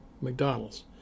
McDonald's